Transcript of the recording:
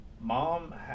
Mom